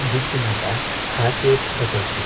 दुई तिनवटा खासियत बताउँछु